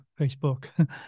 Facebook